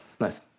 Nice